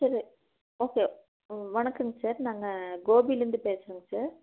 sir okay வணக்கங்க sir நாங்கள் கோபிலேந்து பேசுகிறங்க சார்